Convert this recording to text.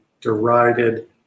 derided